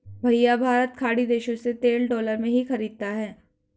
भैया भारत खाड़ी देशों से तेल डॉलर में ही खरीदता है